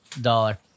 Dollar